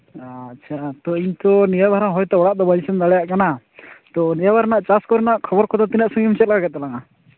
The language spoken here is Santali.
ᱟᱪᱪᱷᱟ ᱛᱚ ᱤᱧ ᱛᱚ ᱱᱤᱭᱟᱹ ᱵᱟᱨ ᱦᱚᱸ ᱦᱚᱭᱛᱳ ᱚᱲᱟᱜ ᱫᱚ ᱵᱟᱹᱧ ᱥᱮᱱ ᱫᱟᱲᱮᱭᱟᱜ ᱠᱟᱱᱟ ᱛᱚ ᱱᱤᱭᱟᱹ ᱵᱟᱨ ᱨᱮᱱᱟᱜ ᱪᱟᱥ ᱠᱚᱨᱮᱱᱟᱜ ᱠᱷᱚᱵᱚᱨ ᱠᱚᱫᱚ ᱛᱤᱱᱟᱹᱜ ᱥᱟᱺᱜᱤᱧ ᱪᱮᱫᱞᱮᱠᱟ ᱠᱮᱫ ᱛᱟᱞᱟᱝᱟ